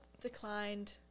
declined –